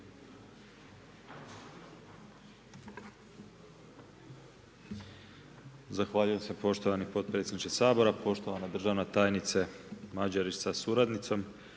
Hvala lijepo, poštovani podpredsjedniče, poštovana državna tajnice sa suradnicom,